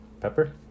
pepper